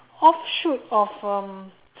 off shoot of um